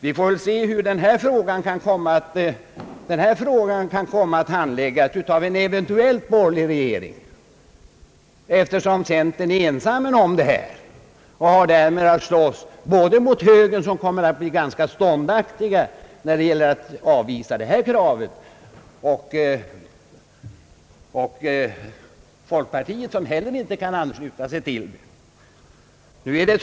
Vi får väl se hur den frågan kan komma att handläggas av en eventuell borgerlig regering, eftersom centern är ensam om detta förslag och därmed har att slåss både mot högern, som kommer att bli ganska ståndaktig när det gäller att avvisa kravet, och folkpartiet, som heller inte tycks kunna ansluta sig till det.